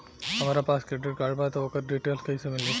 हमरा पास credit card बा त ओकर डिटेल्स कइसे मिली?